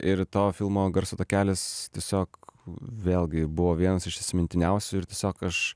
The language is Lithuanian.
ir to filmo garso takelis tiesiog vėlgi buvo vienas iš įsimintiniausių ir tiesiog aš